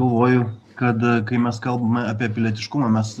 galvoju kad kai mes kalbame apie pilietiškumą mes